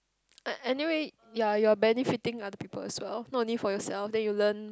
uh anyway ya you're benefitting other people as well not only for yourself then you learn